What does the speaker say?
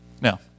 Now